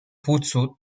płucu